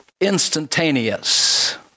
instantaneous